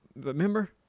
Remember